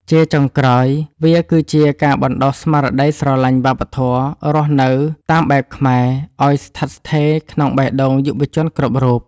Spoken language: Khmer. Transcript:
ជាចុងក្រោយ វាគឺជាការបណ្ដុះស្មារតីស្រឡាញ់វប្បធម៌រស់នៅតាមបែបខ្មែរឱ្យស្ថិតស្ថេរក្នុងបេះដូងយុវជនគ្រប់រូប។